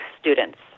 students